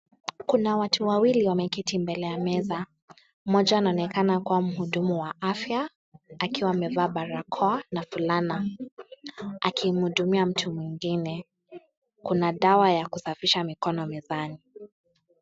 Kuna watu wawili wameketi mbele ya meza, mmoja anaonekana kuwa mhudumu wa afya akiwa amevaa barakoa na fulana akimhudumia mtu mwingine. Kuna dawa ya kusafisha mikono mezani.